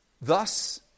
Thus